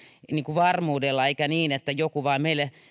varmuudella eikä niin että joku vain meille